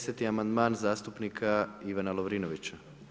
10. amandman zastupnika Ivana Lovrinovića.